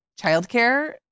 childcare